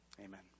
Amen